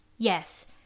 Yes